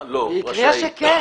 היא הקריאה שכן.